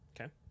Okay